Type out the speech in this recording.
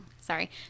sorry